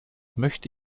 möchte